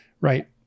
Right